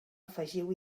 afegiu